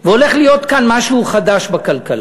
והולך להיות כאן משהו חדש בכלכלה,